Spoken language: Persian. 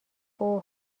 اوه